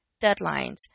deadlines